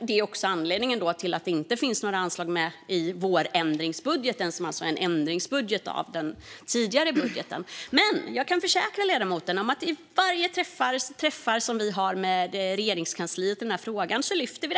Det är också anledningen till att det inte finns några anslag med i vårändringsbudgeten, som är alltså är en ändring av den tidigare budgeten. Jag kan dock försäkra ledamoten om att vi tar upp detta vid alla träffar som vi har med Regeringskansliet angående denna fråga.